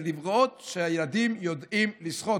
לראות שהילדים יודעים לשחות,